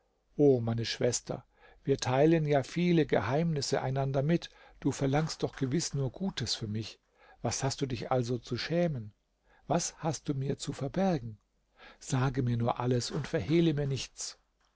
o meine schwester wir teilen ja viele geheimnisse einander mit du verlangst doch gewiß nur gutes für mich was hast du dich also zu schämen was hast du mir zu verbergen sag mir nur alles und verhehle mir nichts